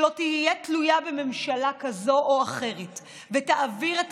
שלא תהיה תלויה בממשלה כזאת או אחרת ותעביר את